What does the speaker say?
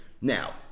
Now